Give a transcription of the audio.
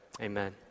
Amen